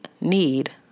need